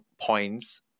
points